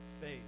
faith